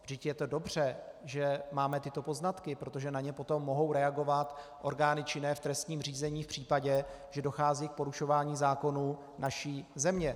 Vždyť je to dobře, že máme tyto poznatky, protože na ně pak mohou reagovat orgány činné v trestním řízení v případě, že dochází k porušování zákonů naší země.